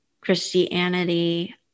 Christianity